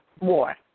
more